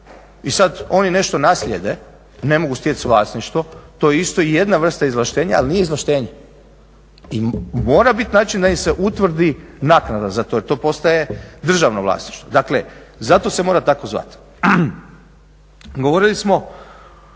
i sad oni nešto naslijede, ne mogu steći vlasništvo, to je isto i jedna vrsta izvlaštenja ali nije izvlaštenje. I mora biti način da im se utvrdi naknada za to jer to postaje državno vlasništvo. Dakle, zato se mora tako zvati. Govorili smo